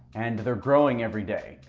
and they're growing every day.